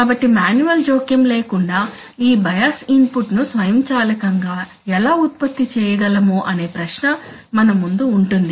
కాబట్టి మాన్యువల్ జోక్యం లేకుండా ఈ బయాస్ ఇన్పుట్ ను స్వయంచాలకంగా ఎలా ఉత్పత్తి చేయగలము అనే ప్రశ్న మన ముందు ఉంటుంది